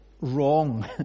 wrong